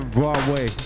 Broadway